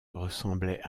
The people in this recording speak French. ressemblait